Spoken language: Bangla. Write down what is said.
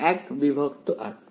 1 বিভক্ত r